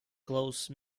close